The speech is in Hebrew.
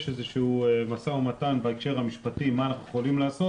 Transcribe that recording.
יש איזשהו משא ומתן בהקשר המשפטי מה אנחנו יכולים לעשות.